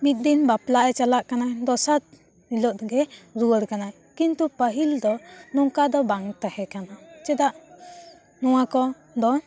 ᱢᱤᱫ ᱫᱤᱱ ᱵᱟᱯᱞᱟᱜ ᱮ ᱪᱟᱞᱟᱜ ᱠᱟᱱᱟ ᱫᱚᱥᱟᱨ ᱦᱤᱞᱳᱜ ᱜᱮ ᱨᱩᱣᱟᱹᱲ ᱠᱟᱱᱟᱭ ᱠᱤᱱᱛᱩ ᱯᱟᱦᱤᱞ ᱫᱚ ᱱᱚᱝᱠᱟ ᱫᱚ ᱵᱟᱝ ᱛᱟᱦᱮᱸ ᱠᱟᱱᱟ ᱪᱮᱫᱟᱜ ᱱᱚᱣᱟ ᱠᱚ ᱫᱚ